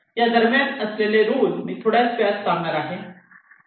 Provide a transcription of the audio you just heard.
यादरम्यान असलेले रुल मी थोड्याच वेळात सांगणार आहे